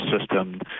system